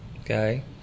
Okay